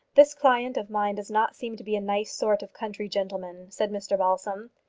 this client of mine does not seem to be a nice sort of country gentleman, said mr balsam.